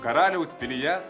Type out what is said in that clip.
karaliaus pilyje